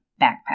backpack